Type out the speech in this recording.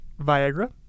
Viagra